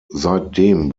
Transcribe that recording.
seitdem